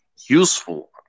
useful